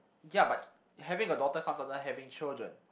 ya but having a daughter comes under having children